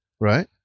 Right